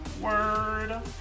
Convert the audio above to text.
Word